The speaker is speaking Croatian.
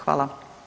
Hvala.